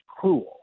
cruel